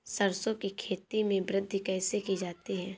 सरसो की खेती में वृद्धि कैसे की जाती है?